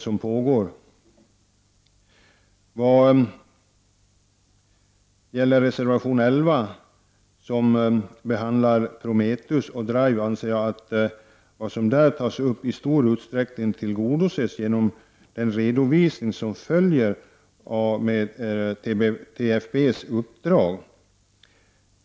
Vad gäller reservation 11, som också behandlar Prometheus och Drive anser jag att vad som där tas upp i stor utsträckning tillgodoses genom den redovisning som följer med TFBs uppdrag.